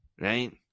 right